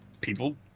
people